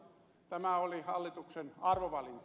tämä oli hallituksen arvovalinta